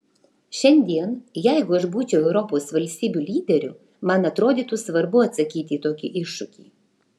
šiandien jeigu aš būčiau europos valstybių lyderiu man atrodytų svarbu atsakyti į tokį iššūkį